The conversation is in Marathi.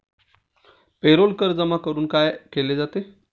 पेरोल कर जमा करून काय केले जाते?